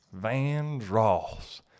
Vandross